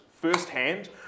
firsthand